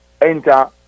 enter